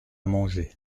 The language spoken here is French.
manger